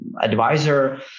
advisor